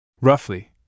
Roughly